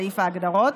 בסעיף ההגדרות,